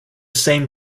same